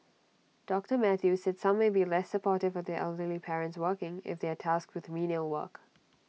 doctor Mathew said some may be less supportive of their elderly parents working if they are tasked with menial work